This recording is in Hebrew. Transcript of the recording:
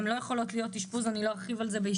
הן לא יכולות באשפוז רגיל, ואני לא ארחיב על זה.